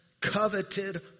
coveted